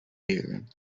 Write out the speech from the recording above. hear